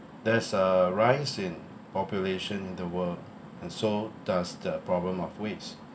there's a rise in population in the world and so does the problem of waste